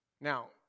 Now